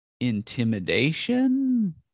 intimidation